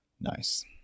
nice